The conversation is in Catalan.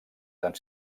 tant